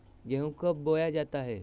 गेंहू कब बोया जाता हैं?